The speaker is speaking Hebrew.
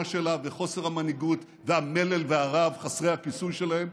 שלה וחוסר המנהיגות והמלל והרהב חסרי הכיסוי שלהם,